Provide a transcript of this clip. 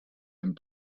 and